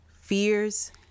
fears